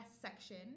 section